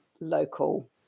local